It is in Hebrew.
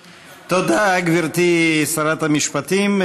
תודה, גברתי שרת המשפטים.